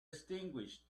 extinguished